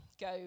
go